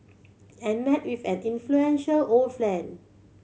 and met with an influential old friend